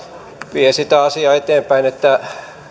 vie eteenpäin sitä asiaa että